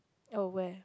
oh where